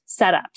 setups